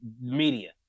media